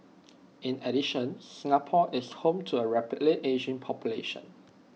in addition Singapore is home to A rapidly ageing population